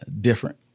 different